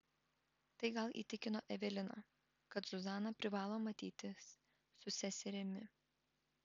tai gal įtikino eveliną kad zuzana privalo matytis su seserimi